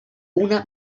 una